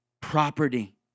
property